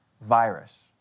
virus